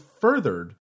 furthered